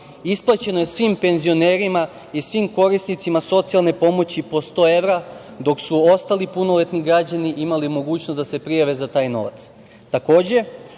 isplaćeno je svim penzionerima i svim korisnicima socijalne pomoći po 100 evra, dok su ostali punoletni građani imali mogućnost da se prijave za taj novac.